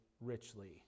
richly